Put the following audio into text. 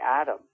atom